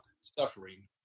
suffering